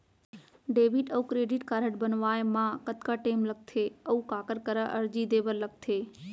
Debit अऊ credit card बनवाए मा कतका टेम लगथे, अऊ काखर करा अर्जी दे बर लगथे?